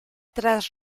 tras